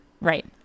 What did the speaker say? right